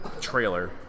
trailer